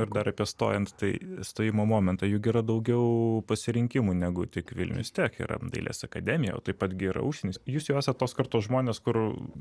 ar ir dar apie stojant tai stojimo momentą juk yra daugiau pasirinkimų negu tik vilnius tech yra dailės akademija o taip pat gi yra užsienis jūs jau esat tos kartos žmonės kur